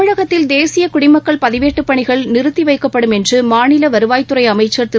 தமிழகத்தில் தேசிய குடிமக்கள் பதிவேட்டு பணிகள் நிறுத்தி வைக்கப்படும் என்று மாநில வருவாய்த்துறை அமைச்சர் திரு